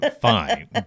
Fine